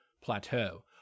plateau